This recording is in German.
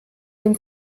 dem